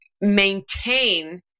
maintain